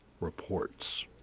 reports